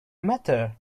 matter